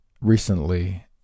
Recently